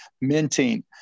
minting